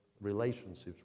relationships